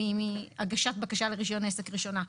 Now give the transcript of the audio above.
מהגשת בקשה לרישיון עסק ראשונה.